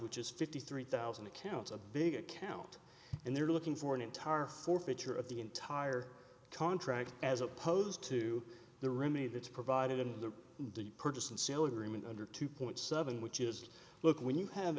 which is fifty three thousand accounts a big account and they're looking for an entire forfeiture of the entire contract as opposed to the roomie that's provided to the purchase and sale agreement under two point seven which is look when you have